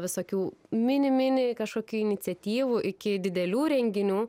visokių mini mini kažkokių iniciatyvų iki didelių renginių